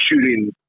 shooting